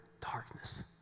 darkness